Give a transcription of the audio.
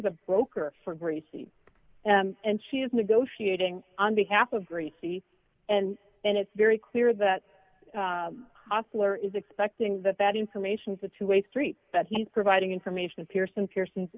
is a broker for gracie and she is negotiating on behalf of greasy and and it's very clear that hostler is expecting that that information is a two way street that he's providing information pearson pearson